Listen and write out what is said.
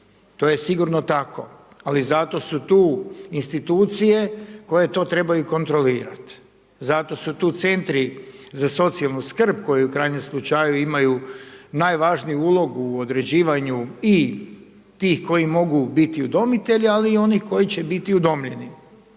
to je sigurno tako, ali su zato tu institucije koje to trebaju kontrolirati, zato su tu Centri za socijalnu skrb koji u krajnjem slučaju imaju najvažniju ulogu u određivanju i tih koji mogu biti i udomitelji, ali i onih koji će biti udomljeni.